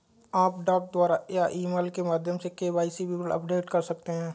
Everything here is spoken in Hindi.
आप डाक द्वारा या ईमेल के माध्यम से के.वाई.सी विवरण अपडेट कर सकते हैं